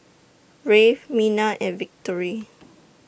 Rafe Mina and Victory